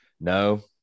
No